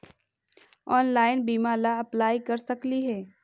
Online बीमा ला apply कर सकली हे?